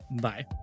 Bye